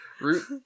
Root